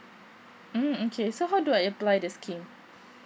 mm okay so how do I apply the scheme